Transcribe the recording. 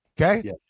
Okay